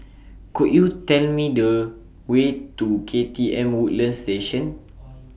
Could YOU Tell Me The Way to K T M Woodlands Station